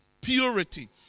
purity